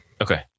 Okay